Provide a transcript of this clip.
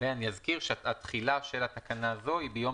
אני אזכיר שתחילת תקנה זו היא ביום